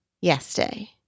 Yesterday